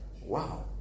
Wow